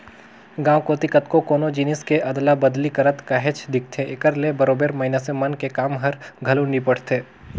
गाँव कोती कतको कोनो जिनिस के अदला बदली करत काहेच दिखथे, एकर ले बरोबेर मइनसे मन के काम हर घलो निपटथे